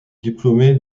diplômée